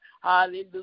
Hallelujah